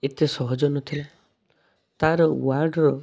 ଏତେ ସହଜ ନଥିଲା ତାର ୱାର୍ଡ଼ର